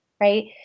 Right